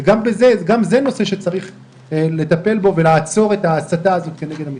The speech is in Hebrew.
גם זה נושא שצריך לטפל בו ולעצור ההסתה הזו כנגד המתנחלים.